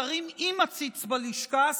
שרים עם עציץ בלשכה,